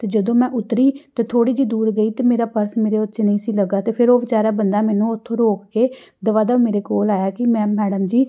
ਅਤੇ ਜਦੋਂ ਮੈਂ ਉਤਰੀ ਅਤੇ ਥੋੜ੍ਹੀ ਜਿਹੀ ਦੂਰ ਗਈ ਤਾਂ ਮੇਰਾ ਪਰਸ 'ਚ ਨਹੀਂ ਸੀ ਲੱਗਾ ਅਤੇ ਫਿਰ ਉਹ ਵਿਚਾਰਾ ਬੰਦਾ ਮੈਨੂੰ ਉਥੋਂ ਰੋਕ ਕੇ ਦਵਾ ਦਵ ਮੇਰੇ ਕੋਲ ਆਇਆ ਕਿ ਮੈਂ ਮੈਡਮ ਜੀ